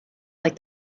like